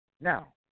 Now